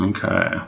Okay